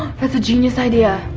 that's a genius idea.